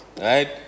right